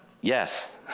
Yes